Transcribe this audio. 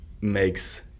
makes